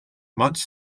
much